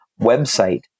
website